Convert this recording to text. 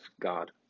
God